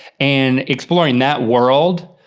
and exploring that world,